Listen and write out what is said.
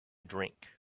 drink